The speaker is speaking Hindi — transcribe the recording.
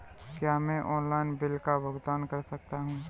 क्या मैं ऑनलाइन बिल का भुगतान कर सकता हूँ?